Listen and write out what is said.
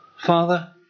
Father